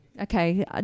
okay